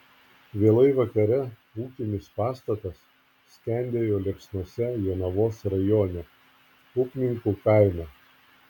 vėlai vakare ūkinis pastatas skendėjo liepsnose jonavos rajone upninkų kaime